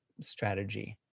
strategy